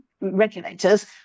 regulators